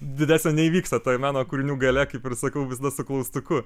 didesnio neįvyksta toji meno kūrinių galia kaip ir sakau visada su klaustuku